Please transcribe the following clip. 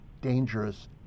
dangerous